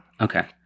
Okay